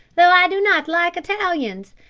though i do not like italians.